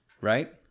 Right